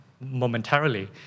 Momentarily